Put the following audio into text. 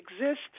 exist